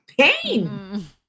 pain